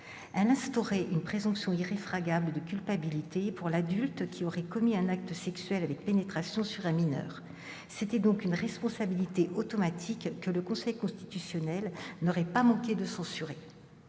Elle instaurait une présomption irréfragable de culpabilité pour l'adulte qui aurait commis un acte sexuel avec pénétration sur un mineur. C'était donc une responsabilité automatique que le Conseil constitutionnel n'aurait pas manqué de censurer.